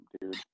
dude